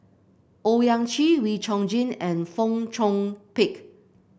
Owyang Chi Wee Chong Jin and Fong Chong Pik